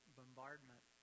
bombardment